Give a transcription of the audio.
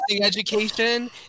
education